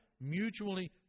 mutually